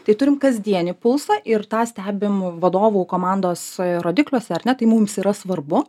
tai turim kasdienį pulsą ir tą stebim vadovų komandos rodikliuose ar ne tai mums yra svarbu